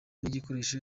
igikoresho